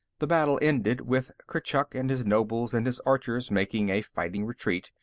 the battle ended with kurchuk and his nobles and his archers making a fighting retreat,